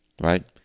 right